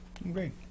Great